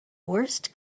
worst